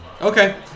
Okay